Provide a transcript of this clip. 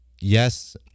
Yes